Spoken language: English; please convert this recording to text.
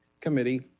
Committee